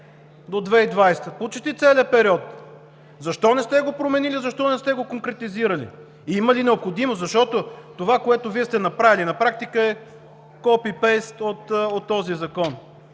до 2020 г.? Почти целия период! Защо не сте го променили? Защо не сте го конкретизирали? Има ли необходимост? Защото това, което Вие сте направили, на практика е копи-пейст от този закон